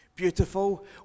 beautiful